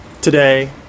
Today